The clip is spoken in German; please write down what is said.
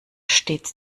stets